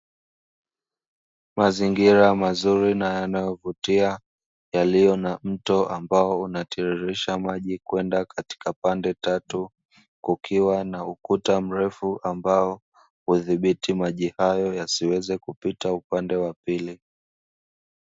Mazingira mazuri na yanayovutia yaliyo na mto ambao unatiririsha maji kwenda katika pande tatu, kukiwa na ukuta mrefu ambao hudhibiti maji hayo yasiweze kupita upande wa pili.